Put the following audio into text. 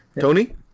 Tony